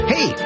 Hey